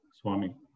Swami